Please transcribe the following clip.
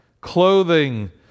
clothing